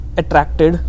attracted